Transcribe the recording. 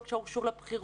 לא קשור לבחירות,